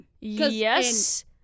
Yes